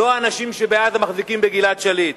לא האנשים שבעזה מחזיקים בגלעד שליט.